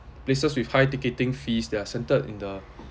places with high ticketing fees they are centered in the